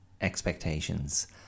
expectations